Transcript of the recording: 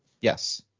Yes